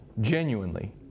Genuinely